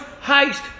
haste